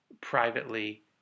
privately